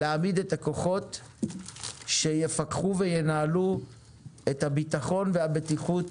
להעמיד את הכוחות שיפקחו וינהלו את הביטחון והבטיחות